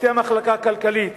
שופטי המחלקה הכלכלית